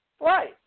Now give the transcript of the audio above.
Right